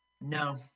No